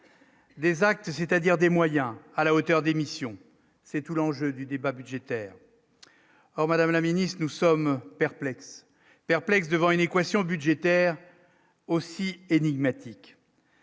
des actes, c'est-à-dire des moyens à la hauteur des missions, c'est tout l'enjeu du débat budgétaire, alors Madame la Ministre, nous sommes perplexes perplexe devant une équation budgétaire aussi énigmatique.